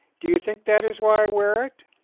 do you think that is why i wear it?